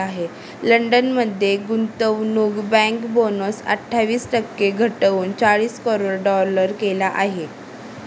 London मध्ये गुंतवणूक bank bonus अठ्ठावीस टक्के घटवून चाळीस करोड डॉलर केला आहे